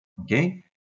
okay